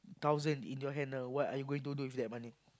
thousand in your hand now what are you going to do with that money